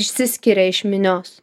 išsiskiria iš minios